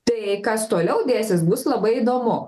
tai kas toliau dėsis bus labai įdomu